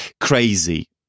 crazy